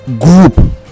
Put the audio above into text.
group